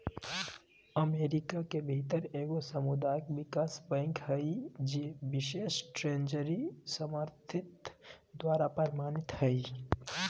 America के भीतर एगो सामुदायिक विकास बैंक हइ जे बिशेष ट्रेजरी समर्थित द्वारा प्रमाणित हइ